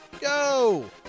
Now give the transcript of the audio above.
go